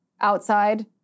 outside